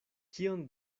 kion